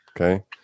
okay